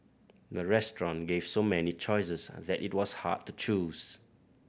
the restaurant gave so many choices and that it was hard to choose